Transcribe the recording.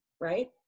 right